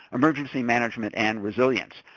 emergency management, and resilience.